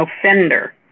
offender